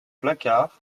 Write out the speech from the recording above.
placard